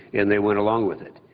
and they went along with it.